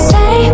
Say